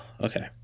okay